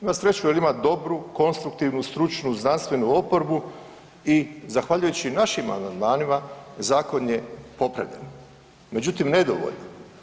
Ima sreću jer ima dobru konstruktivnu stručnu znanstvenu oporbu i zahvaljujući našim amandmanima zakon je popravljen, međutim nedovoljno.